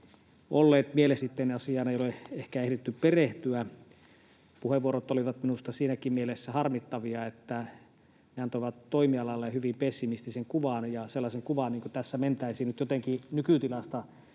tai sitten asiaan ei ole ehkä ehditty perehtyä. Puheenvuorot olivat minusta siinäkin mielessä harmittavia, että ne antoivat toimialalle hyvin pessimistisen kuvan ja sellaisen kuvan, että tässä mentäisiin nyt jotenkin nykytilasta